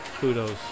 kudos